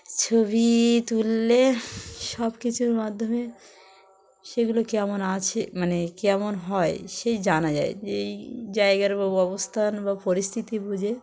ছবি তুললে সব কিছুর মাধ্যমে সেগুলো কেমন আছে মানে কেমন হয় সেই জানা যায় যে এই জায়গার বা অবস্থান বা পরিস্থিতি বুঝে